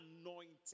anointed